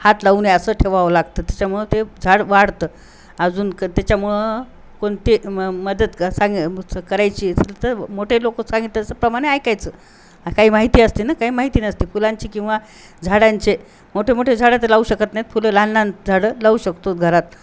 हात लावणे असं ठेवावं लागतं त्याच्यामुळं ते झाड वाढतं अजून क त्याच्यामुळं कोणते म मदत का सांगं करायची असल तर मोठे लोकं सांगेल त्याचंप्रमाणे ऐकायचं काही माहिती असते ना काही माहिती नसते फुलांची किंवा झाडांचे मोठे मोठे झाडं तर लावू शकत नाहीत फुलं लहान लहान झाडं लावू शकतो घरात